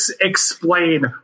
explain